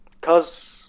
Cause